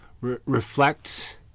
reflect